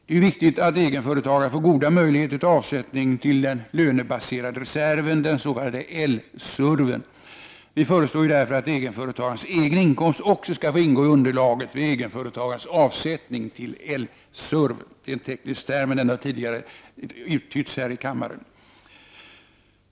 Det är viktigt att egenföretagare får goda möjligheter till avsättning till den lönebaserade reserven, den s.k. L-SURV-en. Vi föreslår därför att egenföretagares egen inkomst också skall ingå i underlaget för egenföretagarens avsättning till L-SURV — en teknisk term som tidigare har uttytts här i kammaren.